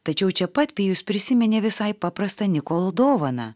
tačiau čia pat pijus prisiminė visai paprastą nikolo dovaną